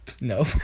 no